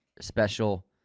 special